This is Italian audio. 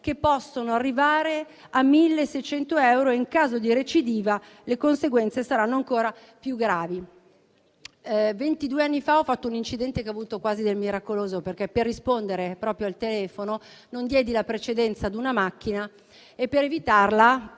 che possono arrivare a 1.600 euro. In caso di recidiva, le conseguenze saranno ancora più gravi. Ventidue anni fa ho fatto un incidente che ha avuto quasi del miracoloso perché, proprio per rispondere al telefono, non diedi la precedenza a una macchina e per evitarla